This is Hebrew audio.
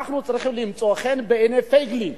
אנחנו צריכים למצוא חן בעיני פייגלין.